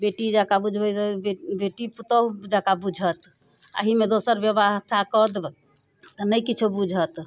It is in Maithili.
बेटी जकाँ बुझबै बेटी पुतहु जकाँ बुझत एहिमे दोसर बेबस्था कऽ देबै तऽ नहि किछु बुझत